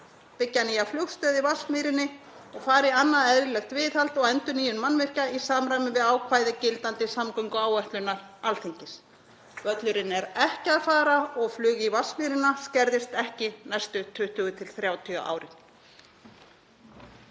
byggja nýja flugstöð í Vatnsmýrinni og fara í annað eðlilegt viðhald og endurnýjun mannvirkja í samræmi við ákvæði gildandi samgönguáætlunar Alþingis. Völlurinn er ekki að fara og flug í Vatnsmýri skerðist ekki næstu 20–30 árin.